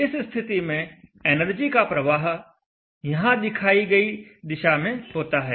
इस स्थिति में एनर्जी का प्रवाह यहां दर्शाई गई दिशा में होता है